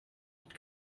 had